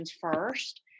first